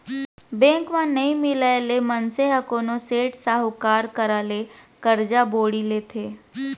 bank म नइ मिलय ले मनसे ह कोनो सेठ, साहूकार करा ले करजा बोड़ी लेथे